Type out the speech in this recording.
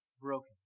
broken